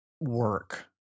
work